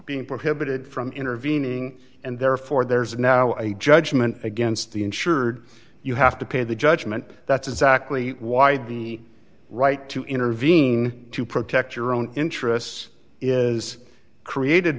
being prohibited from intervening and therefore there's now a judgment against the insured you have to pay the judgment that's exactly why the right to intervene to protect your own interests is created